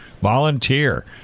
Volunteer